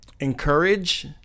Encourage